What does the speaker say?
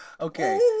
Okay